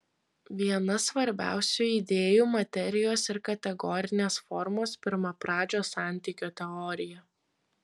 viena svarbiausių idėjų materijos ir kategorinės formos pirmapradžio santykio teorija